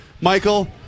Michael